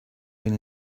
been